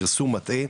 פרסום מטעה,